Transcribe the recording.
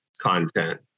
content